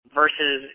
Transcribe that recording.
versus